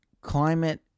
climate